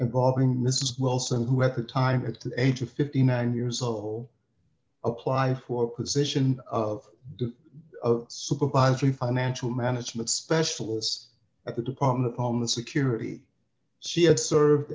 involving mrs wilson who at the time at the age of fifty nine years old d apply for a position of the supervisory financial management specialist at the department of homeland security she had served